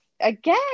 again